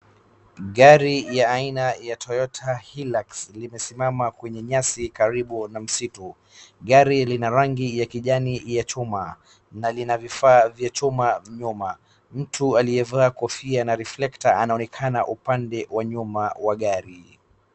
Gari la aina ya Toyota Hilux limesimama kwenye nyasi karibu na msitu. Gari lina rangi ya kijani ya chuma na lina vifaa vya chuma nyuma. Mtu aliyevaa kofia na reflector anaonekana upande wa nyuma wa gari.